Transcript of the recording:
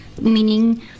meaning